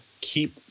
keep